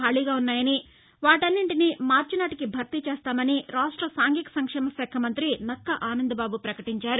ఖాళీగా వున్నాయని వాటన్నింటిని మార్చినాటికి భర్తీ చేస్తామని రాష్ట సాంఘిక నంక్షేమ శాఖ మంఁతి నక్కా ఆనందబాబు వకటించారు